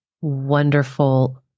wonderful